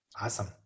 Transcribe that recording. Awesome